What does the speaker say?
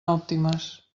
òptimes